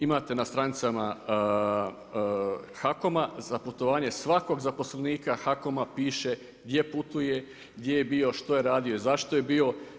Imate na stranicama HAKOM-a za putovanje svakog zaposlenika HAKOM-a piše gdje putuje, gdje je bio, što je radio i zašto je bio.